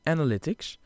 Analytics